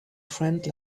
friend